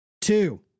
Two